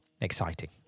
exciting